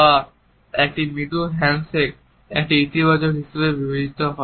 বা একটি মৃদু হ্যান্ডশেক একটি ইতিবাচক হিসাবে বিবেচিত হয়